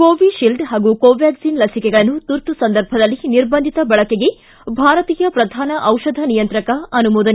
Covishield ಹಾಗೂ Covaxin ಲಸಿಕೆಗಳನ್ನು ತುರ್ತು ಸಂದರ್ಭದಲ್ಲಿ ನಿರ್ಬಂಧಿತ ಬಳಕೆಗೆ ಭಾರತೀಯ ಪ್ರಧಾನ ದಿಷಧ ನಿಯಂತ್ರಕ ಅನುಮೋದನೆ